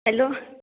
hello